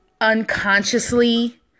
unconsciously